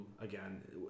again